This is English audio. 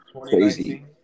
crazy